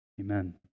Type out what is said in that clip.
Amen